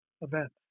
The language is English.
events